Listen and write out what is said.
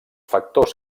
factors